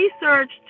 researched